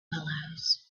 willows